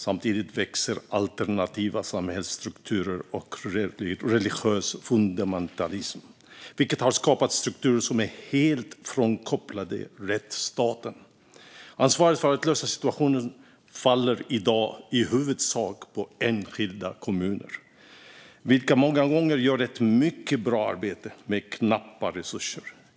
Samtidigt växer alternativa samhällsstrukturer och religiös fundamentalism, vilket har skapat strukturer som är helt frånkopplade från rättsstaten. Ansvaret för att lösa situationen faller i dag i huvudsak på enskilda kommuner, vilka många gånger gör ett mycket bra arbete med knappa resurser.